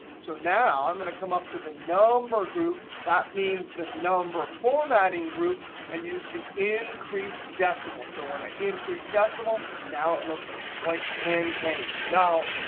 so now, i'm going to come up to the number group that means the number formatting group and use the increase decimals. so i want to increase decimals, now it looks like ten pennies. now,